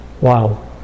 Wow